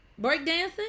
Breakdancing